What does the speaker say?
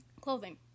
Clothing